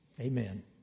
Amen